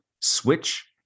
switch